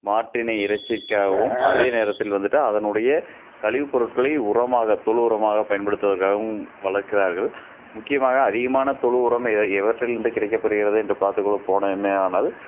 மாட்டினை இறைச்சிக்காகவும் அதே நேரத்தில் வந்துவிட்டு அதனுடைய கழிவுப் பொருட்களை உரமாக தொழு உரமாக பயன்படுத்துவதற்காகவும் வளர்க்கிறார்கள் முக்கியமாக அதிகமான தொழு உரம் எ எவற்றிலிருந்து கிடைக்கப் பெறுகிறது என்று பார்த்துக் கொள்ளப் போனோமேயானால்